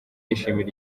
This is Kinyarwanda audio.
yishimira